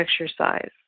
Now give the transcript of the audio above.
exercise